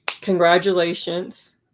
Congratulations